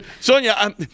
Sonia